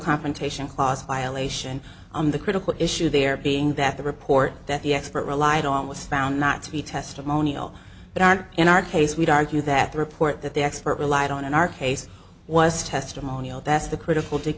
confrontation clause violation on the critical issue there being that the report that the expert relied on was found not to be testimonial but aren't in our case we don't you that report that the expert relied on in our case was testimonial that's the critical t